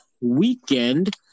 weekend